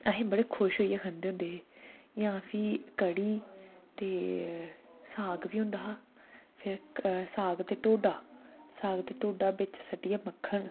अस बडे़ खुश होइये खंदे होंदे है जां फिह् कडी ते साग बी होंदा हा फिर साग ते टोडा साग ते टोडा बिच सट्टियै मक्खन